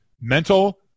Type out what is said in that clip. mental